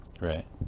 Right